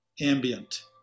ambient